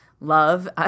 love